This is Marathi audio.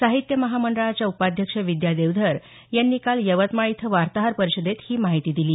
साहित्य महामंडळाच्या उपाध्यक्ष विद्या देवधर यांनी काल यवतमाळ इथं वार्ताहर परिषदेत ही माहिती दिली